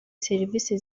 serivise